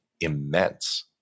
immense